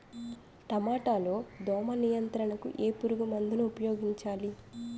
టమాటా లో దోమ నియంత్రణకు ఏ పురుగుమందును ఉపయోగించాలి?